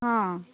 ହଁ